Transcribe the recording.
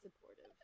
supportive